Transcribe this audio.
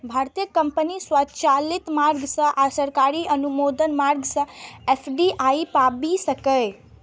भारतीय कंपनी स्वचालित मार्ग सं आ सरकारी अनुमोदन मार्ग सं एफ.डी.आई पाबि सकैए